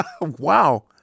Wow